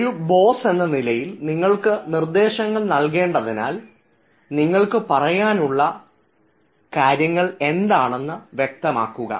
ഒരു ബോസ് എന്ന നിലയിൽ നിങ്ങൾക്ക് നിർദേശങ്ങൾ നൽകേണ്ടതിനാൽ നിങ്ങൾക്ക് പറയാനുള്ളത് എന്താണെന്ന് വ്യക്തമാക്കുക